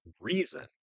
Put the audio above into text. reason